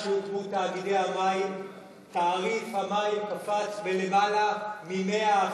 הוקמו תאגידי המים תעריף המים קפץ ביותר מ-100%.